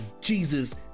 Jesus